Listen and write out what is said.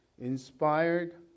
inspired